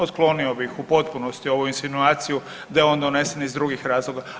Otklonio bih u potpunosti ovu insinuaciju da je on donesen iz drugih razloga.